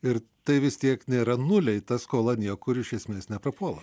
ir tai vis tiek nėra nuliai ta skola niekur iš esmės neprapuola